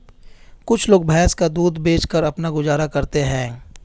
कुछ लोग भैंस का दूध बेचकर अपना गुजारा करते हैं